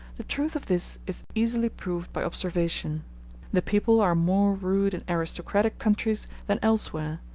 the truth of this is easily proved by observation the people are more rude in aristocratic countries than elsewhere,